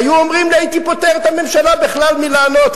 אם היו אומרים לי הייתי פוטר את הממשלה בכלל מלענות,